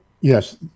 Yes